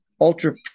ultra